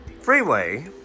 freeway